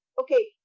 okay